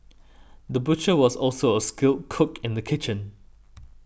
the butcher was also a skilled cook in the kitchen